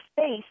space